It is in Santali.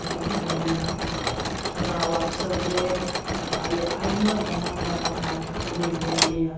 ᱚᱱᱠᱟ ᱠᱚ ᱦᱮᱡ ᱞᱮᱱᱟ ᱚᱱᱟ ᱳᱭᱟᱠᱥᱚᱯ ᱨᱮ ᱟᱞᱮ ᱟᱭᱢᱟ ᱫᱟᱢᱟᱱ ᱫᱟᱢᱟᱱ ᱠᱟᱛᱷᱟ ᱠᱚ ᱠᱚ ᱞᱟᱹᱭᱟᱫ ᱞᱮᱭᱟ